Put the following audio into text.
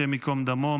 השם ייקום דמו,